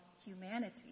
humanity